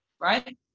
right